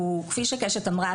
כפי שקשת אמרה,